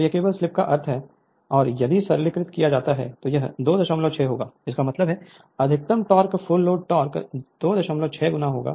तो यह केवल स्लिप का कार्य है और यदि सरलीकृत किया जाता है तो यह 26 होगा इसका मतलब है अधिकतम टोक़ फुल लोड टोक़ 26 गुना होगा